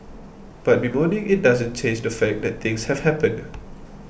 but bemoaning it doesn't change the fact that things have happened